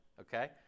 okay